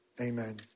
amen